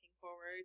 forward